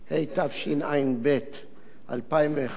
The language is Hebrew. התשע"ב 2011,